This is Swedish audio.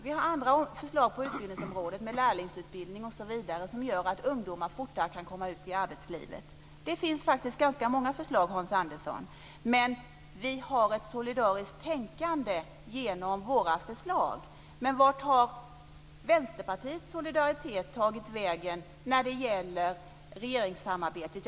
Vi har andra förslag på utbildningsområdet, med lärlingsutbildning osv., som gör att ungdomar fortare kan komma ut i arbetslivet. Det finns ganska många förslag, Hans Andersson. Vi har ett solidariskt tänkande i våra förslag. Vart har Vänsterpartiets solidaritet tagit vägen när det gäller regeringssamarbetet?